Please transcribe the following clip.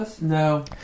No